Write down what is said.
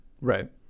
Right